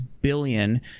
billion